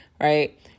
Right